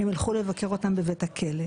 הם ילכו לבקר אותם בבית הכלא,